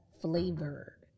flavor